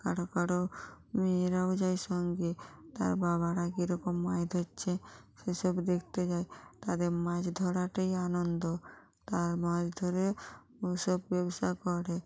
কারো কারো মেয়েরাও যায় সঙ্গে তার বাবারা কীরকম মাছ ধরছে সেইসব দেখতে যায় তাদের মাছ ধরাটাই আনন্দ তারা মাছ ধরে ওসব ব্যবসা করে